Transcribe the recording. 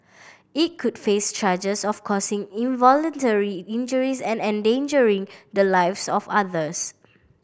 it could face charges of causing involuntary injuries and endangering the lives of others